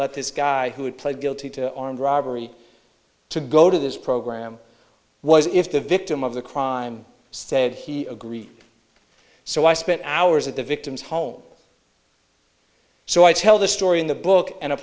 let this guy who had pled guilty to armed robbery to go to this program was if the victim of the crime said he agreed so i spent hours at the victim's home so i tell the story in the book and a